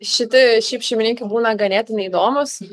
šiti šiaip šeimininkių būna ganėtinai įdomūs